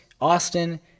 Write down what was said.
Austin